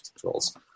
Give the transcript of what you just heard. controls